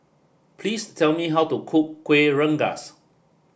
please tell me how to cook Kuih Rengas